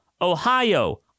Ohio